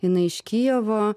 jinai iš kijevo